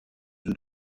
œufs